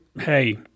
Hey